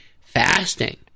fasting